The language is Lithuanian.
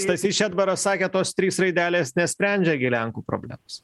stasys šedbaras sakė tos trys raidelės nesprendžia gi lenkų problemos